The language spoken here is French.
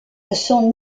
son